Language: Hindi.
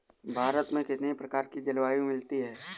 भारत में कितनी प्रकार की जलवायु मिलती है?